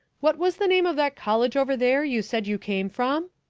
what was the name of that college over there you said you came from?